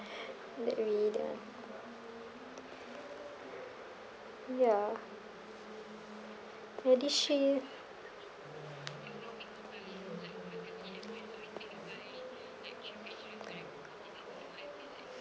that we the ya MediShield